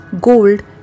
gold